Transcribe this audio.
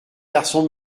garçon